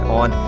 on